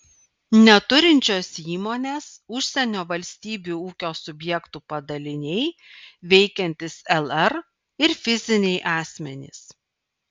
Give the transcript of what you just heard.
neturinčios įmonės užsienio valstybių ūkio subjektų padaliniai veikiantys lr ir fiziniai asmenys